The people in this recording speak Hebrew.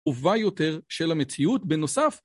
טובה יותר של המציאות בנוסף.